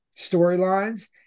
storylines